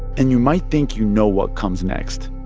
and you might think you know what comes next,